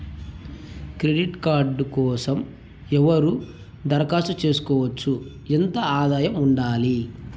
Credit card కోసం ఎవరు దరఖాస్తు చేసుకోవచ్చు? ఎంత ఆదాయం ఉండాలి?